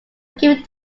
given